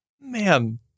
Man